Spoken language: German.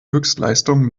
höchstleistung